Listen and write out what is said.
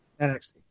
NXT